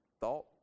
thought